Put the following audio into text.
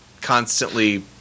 constantly